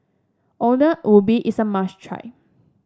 ubi is a must try